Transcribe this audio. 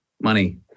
money